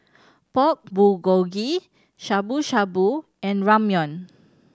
Pork Bulgogi Shabu Shabu and Ramyeon